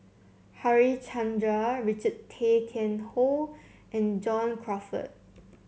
Harichandra Richard Tay Tian Hoe and John Crawfurd